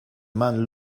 man